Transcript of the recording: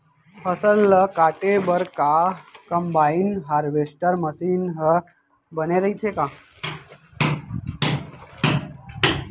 फसल ल काटे बर का कंबाइन हारवेस्टर मशीन ह बने रइथे का?